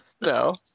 No